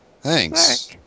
Thanks